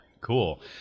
Cool